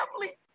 family